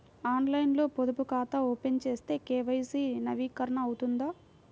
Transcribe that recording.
ఆన్లైన్లో పొదుపు ఖాతా ఓపెన్ చేస్తే కే.వై.సి నవీకరణ అవుతుందా?